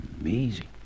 Amazing